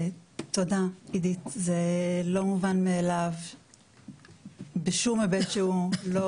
תודה עידית, זה לא מובן מאליו בשום היבט שהוא, לא